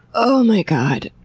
oh my god,